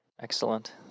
Excellent